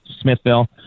Smithville